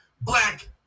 black